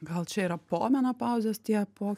gal čia yra po menopauzės tie po